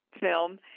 film